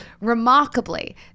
Remarkably